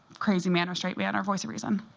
crazy man or straight man or voice of reason?